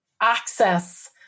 access